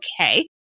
okay